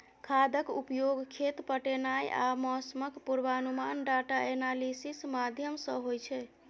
खादक उपयोग, खेत पटेनाइ आ मौसमक पूर्वानुमान डाटा एनालिसिस माध्यमसँ होइ छै